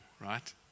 right